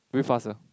with us ah